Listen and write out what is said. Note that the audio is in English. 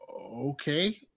Okay